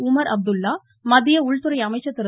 Umar Abdullah மத்திய உள்துறை அமைச்சர் திரு